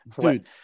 Dude